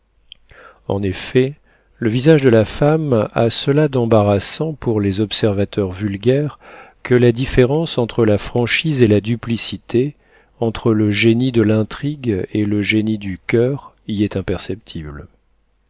en effet le visage de la femme a cela d'embarrassant pour les observateurs vulgaires que la différence entre la franchise et la duplicité entre le génie de l'intrigue et le génie du coeur y est imperceptible